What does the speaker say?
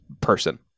person